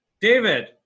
David